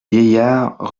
vieillard